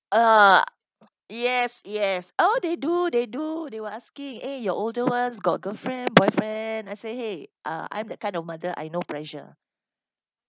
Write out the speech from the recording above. uh yes yes oh they do they do they were asking eh you older ones got girlfriend boyfriend I say !hey! uh I'm that kind of mother I no pressure